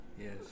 Yes